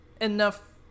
enough